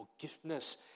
forgiveness